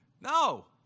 No